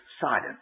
silence